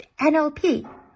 NLP